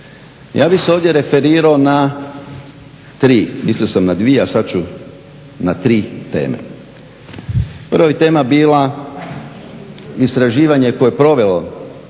Ja bih se ovdje referirao na tri mislio sam na dvije, a sada ću na tri teme. Prva bi tema bila istraživanje koje je prove